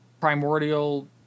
primordial